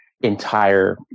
entire